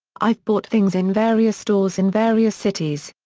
i've bought things in various stores in various cities.